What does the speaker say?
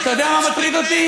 אתה יודע מה מטריד אותי?